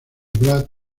brad